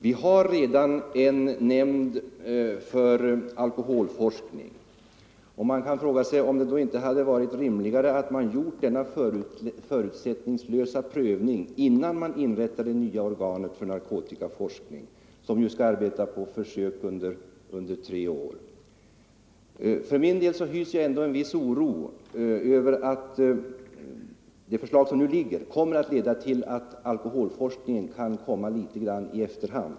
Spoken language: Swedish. Vi har redan en nämnd för alkoholforskning, och frågan är om det inte hade varit rimligare att man hade gjort denna förutsättningslösa prövning innan man inrättade det nya organ för narkotikaforskning, som skall arbeta på försök under tre år. För min del hyser jag ändå en viss oro över att det förslag som nu föreligger kommer att leda till att alkoholforskningen kan komma litet grand i efterhand.